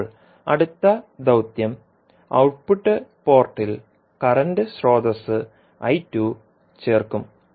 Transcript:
ഇപ്പോൾ അടുത്ത ദൌത്യം ഔട്ട്പുട്ട് പോർട്ടിൽ കറന്റ് സ്രോതസ്സ് ചേർക്കും